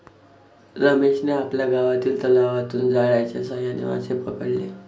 रमेशने आपल्या गावातील तलावातून जाळ्याच्या साहाय्याने मासे पकडले